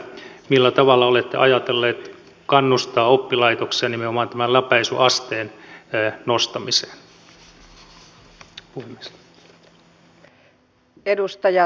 millä tavalla olette ajatellut kannustaa oppilaitoksia nimenomaan tämän läpäisyasteen nostamiseen